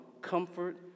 comfort